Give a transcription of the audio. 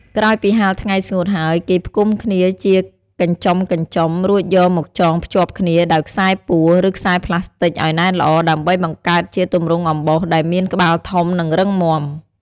ក្រោយពីហាលថ្ងៃស្ងួតហើយគេផ្ដុំគ្នាជាកញ្ចុំៗ រួចយកមកចងភ្ជាប់គ្នាដោយខ្សែពួរ ឬខ្សែប្លាស្ទិចឲ្យណែនល្អ ដើម្បីបង្កើតជាទម្រង់អំបោសដែលមានក្បាលធំ និងរឹងមាំ។